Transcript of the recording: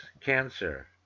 cancer